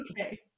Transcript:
Okay